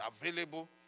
available